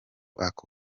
ako